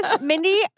Mindy